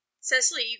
Cecily